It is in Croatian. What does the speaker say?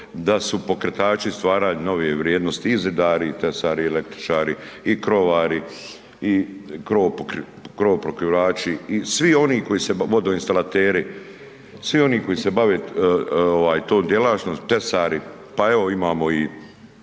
da su pokretači stvaranja nove vrijednosti i zidari i tesari i električari i krovari i krovopokrivači i svi oni, vodoinstalateri, svi oni koji se bave tom djelatnošću, tesari, pa evo imamo i